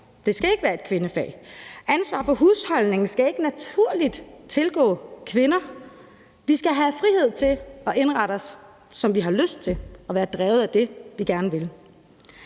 skal ikke være et kvindefag. Ansvar for husholdningen skal ikke naturligt tilgå kvinder. Vi skal have frihed til at indrette os, som vi har lyst til, og være drevet af det, vi gerne vil.